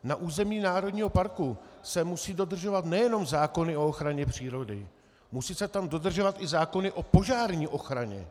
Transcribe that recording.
Na území národního parku se musí dodržovat nejenom zákony o ochraně přírody, musí se tam dodržovat i zákony o požární ochraně.